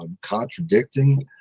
contradicting